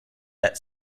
that